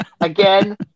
again